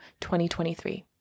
2023